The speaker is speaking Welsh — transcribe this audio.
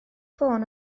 ffôn